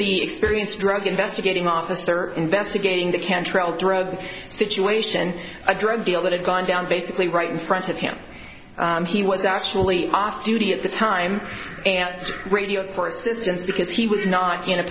the experienced drug investigating officer investigating the cantrell drug situation a drug deal that had gone down basically right in front of him he was actually on duty at the time and radioed for assistance because he was not in a